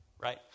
right